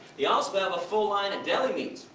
they also have a full line of deli meats